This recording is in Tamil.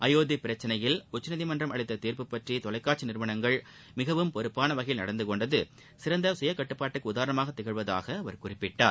அயோத்தி பிரச்சினையில் உச்சநீதிமன்றம் அளித்த தீர்ப்பு பற்றி தொலைக்காட்சி நிறுவங்கள் மிகவும் பொறுப்பான வகையில் நடந்து கொண்டது சிறந்த சுய கட்டுப்பாட்டுக்கு உதாரணமாக திகழ்வதாக அவர் குறிப்பிட்டார்